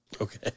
Okay